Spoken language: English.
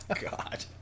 God